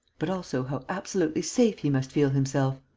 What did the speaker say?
but also how absolutely safe he must feel himself!